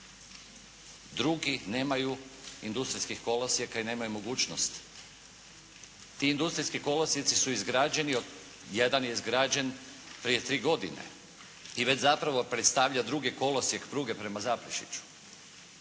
Drugi nemaju industrijskih kolosijeka i nemaju mogućnost. Ti industrijski kolosijeci su izgrađeni od, jedan je izgrađen prije tri godine i već zapravo predstavlja drugi kolosijek pruge prema Zaprešiću.